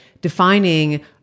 defining